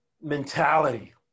mentality